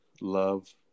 love